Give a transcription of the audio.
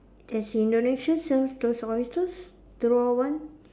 does Indonesia sells those oysters the raw one